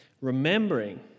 remembering